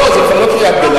זו כבר לא קריאת ביניים.